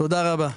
תודה רבה.